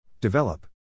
Develop